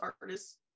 artists